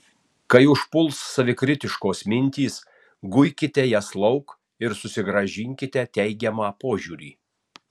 kai užpuls savikritiškos mintys guikite jas lauk ir susigrąžinkite teigiamą požiūrį